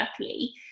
luckily